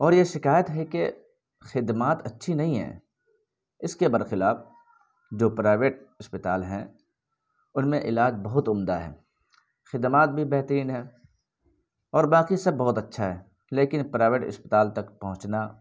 اور یہ شکایت ہے کہ خدمات اچھی نہیں ہیں اس کے برخلاف جو پرائیویٹ اسپتال ہیں ان میں علاج بہت عمدہ ہے خدمات بھی بہترین ہے اور باقی سب بہت اچھا ہے لیکن پرائیویٹ اسپتال تک پہنچنا